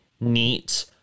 neat